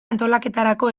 antolaketarako